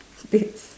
if